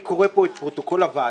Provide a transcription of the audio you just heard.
אני קורא פה את פרוטוקול הוועדה